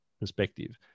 perspective